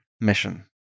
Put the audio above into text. mission